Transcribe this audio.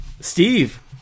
Steve